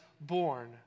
born